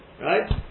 right